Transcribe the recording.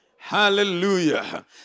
Hallelujah